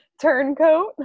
Turncoat